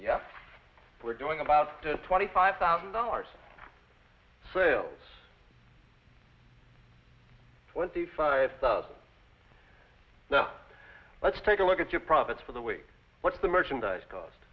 for doing about twenty five thousand dollars sales twenty five thousand now let's take a look at your profits for the week what's the merchandise cost